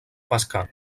pescar